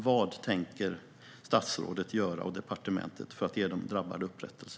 Vad tänker statsrådet och departementet göra för att ge de drabbade upprättelse?